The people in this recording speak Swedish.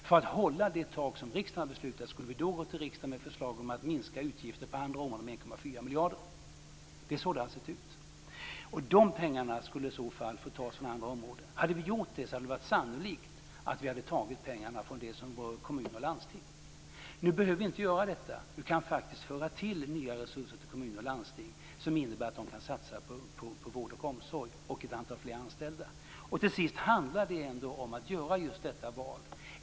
För att hålla det tak som riksdagen har beslutat skulle vi då behöva gå till riksdagen med förslag om att minska utgifter på andra områden med 1,4 miljarder. Det är så det har sett ut. De pengarna skulle i så fall få tas från andra områden. Hade vi gjort det hade det varit sannolikt att vi hade tagit pengarna från det som berör kommuner och landsting. Nu behöver vi inte göra detta. Vi kan faktiskt föra till nya resurser till kommuner och landsting som innebär att de kan satsa på vård och omsorg och ett antal fler anställda. Till sist handlar det ändå om att göra just detta val.